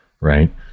Right